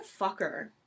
fucker